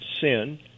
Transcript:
sin